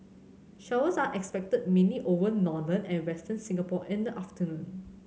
showers are expected mainly over northern and Western Singapore in the afternoon